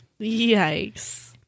Yikes